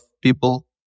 people